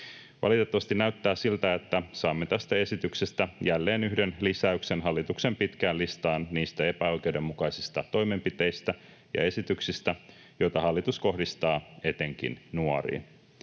Valitettavasti näyttää siltä, että saamme tästä esityksestä jälleen yhden lisäyksen hallituksen pitkään listaan niistä epäoikeudenmukaisista toimenpiteistä ja esityksistä, joita hallitus kohdistaa etenkin nuoriin.